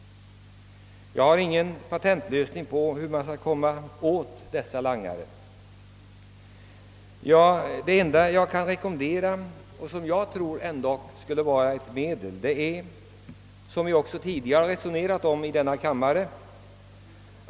Jag kan inte ange någon patentlösning för hur vi skall komma åt dessa langare. Det enda jag kan rekommen dera vore en allmän registrering av alla spritköp — något som vi tidigare resonerat om i denna kammare.